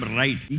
right